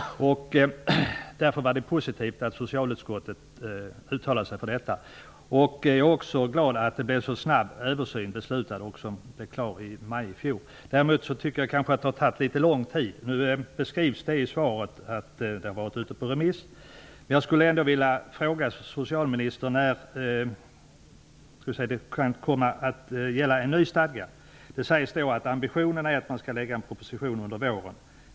Därför var det positivt att socialutskottet uttalade sig för detta. Jag är också glad att det blev så snabbt beslutat om en översyn. Den blev klar i maj i fjol. Däremot tycker jag att det har tagit litet väl lång tid. I svaret sägs att rapporten har varit ute på remiss. Jag vill ändå fråga socialministern när det kan komma en ny stadga. Det sägs vidare i svaret att ambitionerna är att man skall lägga fram en proposition under våren.